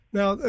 now